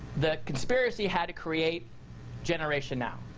the conspiracy had to create generation now.